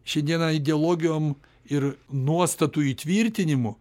šiandieną ideologijom ir nuostatų įtvirtinimu